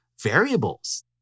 variables